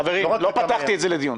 חברים, לא פתחתי את זה לדיון.